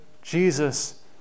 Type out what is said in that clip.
Jesus